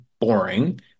boring